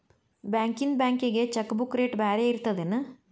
ಬಾಂಕ್ಯಿಂದ ಬ್ಯಾಂಕಿಗಿ cheque book rate ಬ್ಯಾರೆ ಇರ್ತದೇನ್